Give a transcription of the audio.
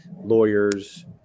lawyers